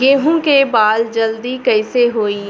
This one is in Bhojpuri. गेहूँ के बाल जल्दी कईसे होई?